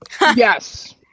Yes